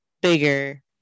bigger